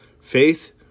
Faith